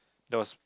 there was